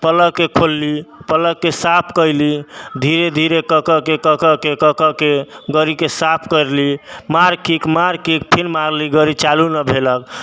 प्लगके खोलली प्लगके साफ कयली धीरे धीरे कऽ कऽके कऽ कऽके कऽ कऽके गाड़ीके साफ करली मार किक मार किक फिर मारली गाड़ी चालू नहि भेलक